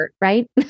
right